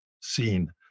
seen